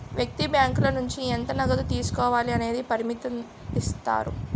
వ్యక్తి బ్యాంకుల నుంచి ఎంత నగదు తీసుకోవాలి అనేది పరిమితుదిస్తారు